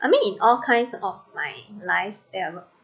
I mean in all kinds of my life there're not